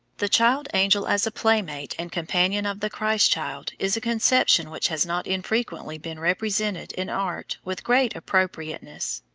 the child-angel as a playmate and companion of the christ-child is a conception which has not infrequently been represented in art with great appropriateness.